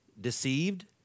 deceived